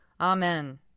Amen